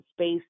space